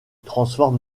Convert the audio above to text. transforme